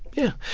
yeah.